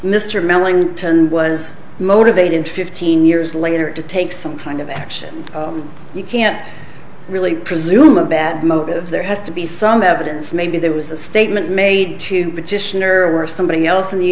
mr millington was motivated fifteen years later to take some kind of action you can't really presume a bad motive there has to be some evidence maybe there was a statement made to petitioner or somebody else in the